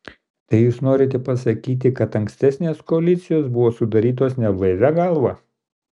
tai jūs norite pasakyti kad ankstesnės koalicijos buvo sudarytos neblaivia galva